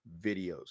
videos